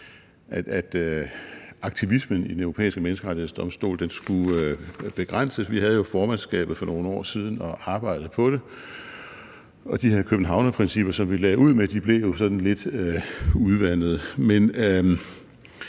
at aktivismen hos Den Europæiske Menneskerettighedsdomstol skulle begrænses. Vi havde jo formandskabet for nogle år siden og arbejdede på det. De her Københavnerprincipper, som vi lagde ud med, blev jo sådan